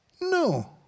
No